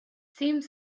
seemed